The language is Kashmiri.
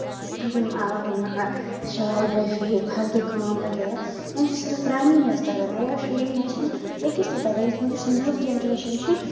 یِم شال بٲفی فردٕ کٲم وغیرہ یِم چھِ صرف پرانی یٲژ تَگان نَویو شُُرین منٛز چھُنہٕ أکِس تہِ تَگان یُس نٔو جینریشن چھِ